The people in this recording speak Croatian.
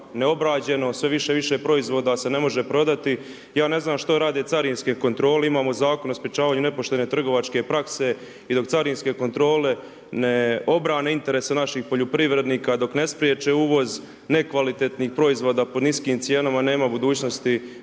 sve više i više proizvoda se ne može prodati i ja ne znam što rade carinske kontrole. Imamo Zakon o sprječavanju nepoštene trgovačke prase. I dok carinske kontrole ne obrane interes naših poljoprivrednika, dok ne spriječe uvoz, nekvalitetnih proizvoda, po niskim cijenama, nema budućnosti